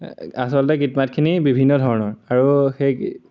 আচলতে গীতমাতখিনি বিভিন্ন ধৰণৰ আৰু সেই